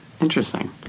Interesting